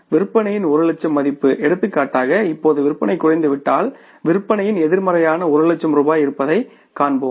விற்பனையின் 1 லட்சம் மதிப்பு எடுத்துக்காட்டாக இப்போது விற்பனை குறைந்துவிட்டால் விற்பனையின் எதிர்மறையான 1 லட்சம் ரூபாய் இருப்பதைக் காண்போம்